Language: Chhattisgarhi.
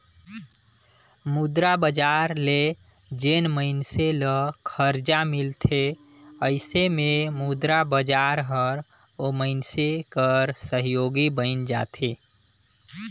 मुद्रा बजार ले जेन मइनसे ल खरजा मिलथे अइसे में मुद्रा बजार हर ओ मइनसे कर सहयोगी बइन जाथे